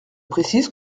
précise